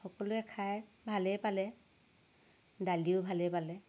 সকলোৱে খায় ভালেই পালে দালিও ভালেই পালে